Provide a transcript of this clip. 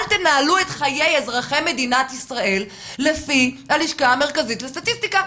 אל תנהלו את חיי אזרחי מדינת ישראל לפי הלשכה המרכזית לסטטיסטיקה,